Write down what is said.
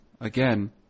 again